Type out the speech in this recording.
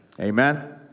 Amen